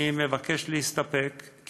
אני מבקש להסתפק בזה,